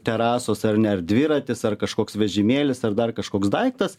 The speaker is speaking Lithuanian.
terasos ar ne ar dviratis ar kažkoks vežimėlis ar dar kažkoks daiktas